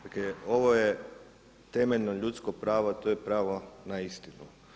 Dakle ovo je temeljno ljudsko pravo, a to je pravo na istinu.